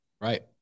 Right